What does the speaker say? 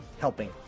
helping